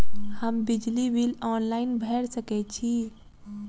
हम बिजली bill online भैर सकै छी?